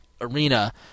arena